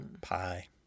Pie